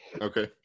Okay